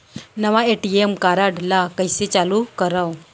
नवा ATM card ल कइसे चालू करव?